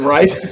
Right